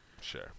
sure